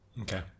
Okay